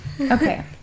okay